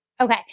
Okay